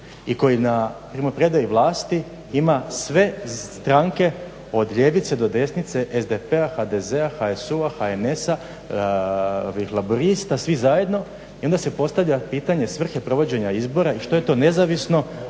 i koji na primopredaji vlasti ima sve stranke od ljevice do desnice SDP-a, HDZ-a, HSU-a, HNS-a, Laburista, svih zajedno i onda se postavlja pitanje svrhe provođenja izbora i što je to nezavisno